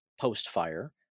post-fire